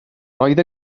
roedd